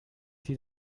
sie